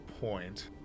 point